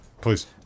Please